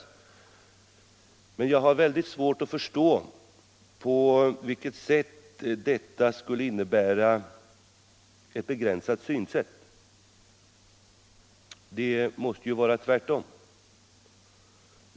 Men jag har väldigt svårt att förstå på vilket sätt den åtgärden skulle innebära ett begränsat synsätt. Det måste ju vara tvärtom.